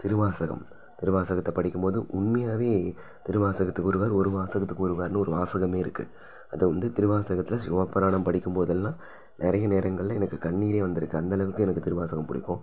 திருவாசகம் திருவாசகத்தை படிக்கும் போது உண்மையாகவே திருவாசகத்துக்கு உருகார் ஒரு வாசகத்துக்கும் உருகார்ன்னு ஒரு வாசகமே இருக்குது அதுவும் வந்து திருவாசகத்தில் சிவப்புராணம் படிக்கும் போதெல்லாம் நிறைய நேரங்களில் எனக்கு கண்ணீரே வந்துருக்குது அந்தளவுக்கு எனக்கு திருவாசகம் பிடிக்கும்